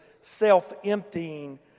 self-emptying